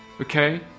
Okay